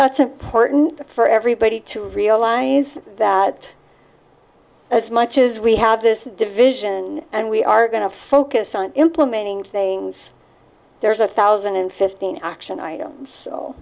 that's a porton for everybody to realize that as much as we have this division and we are going to focus on implementing things there's a thousand and fifteen action items